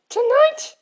Tonight